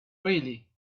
really